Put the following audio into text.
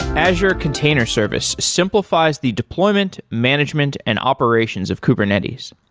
azure container service simplifies the deployment, management and operations of kubernetes.